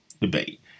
debate